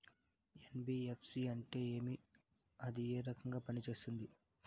NBFC అంటే ఏమి అది ఏ రకంగా పనిసేస్తుంది